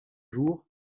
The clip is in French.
jour